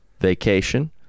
vacation